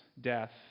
death